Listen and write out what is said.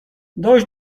dość